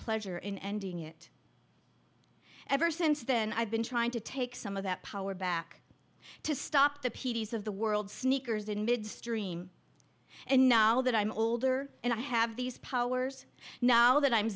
pleasure in ending it ever since then i've been trying to take some of that power back to stop the p t s of the world sneakers in midstream and now that i'm older and i have these powers now that i'm